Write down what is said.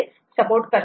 ला देखील सपोर्ट करते